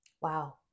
Wow